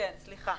כן, סליחה.